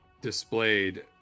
displayed